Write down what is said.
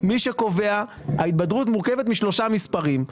ההתבדרות מורכבת משלושה מספרים.